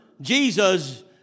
Jesus